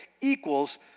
equals